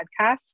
podcast